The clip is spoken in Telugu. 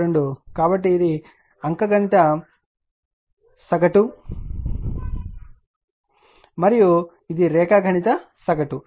కాబట్టి ఇది అంఖ్యగణిత సగటు మరియు ఇది రేఖాగణిత సగటు